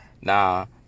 now